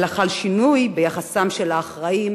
אלא חל שינוי ביחסם של האחראים